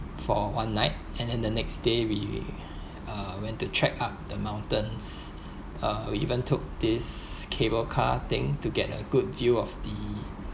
for one night and then the next day we uh went to check up the mountains uh we even took this cable car thing to get a good view of the